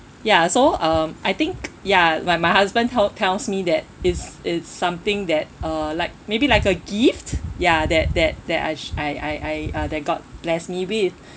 ya so um I think ya when my husband tell tells me that it's it's something that uh like maybe like a gift ya that that that I sh~ I I I uh the god bless me with